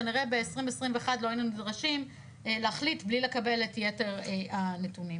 כנראה ב-2021 לא היינו נדרשים להחליט בלי לקבל את יתר הנתונים.